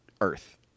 Earth